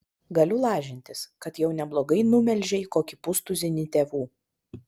galiu lažintis kad jau neblogai numelžei kokį pustuzinį tėvų